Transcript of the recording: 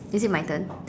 is it my turn